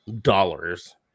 dollars